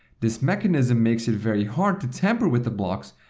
this mechanism makes it very hard to tamper with the blocks,